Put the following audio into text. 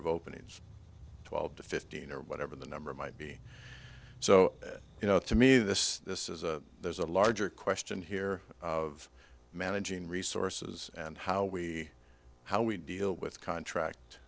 of openings twelve to fifteen or whatever the number might be so that you know to me this this is a there's a larger question here of managing resources and how we how we deal with contract